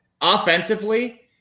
offensively